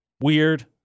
weird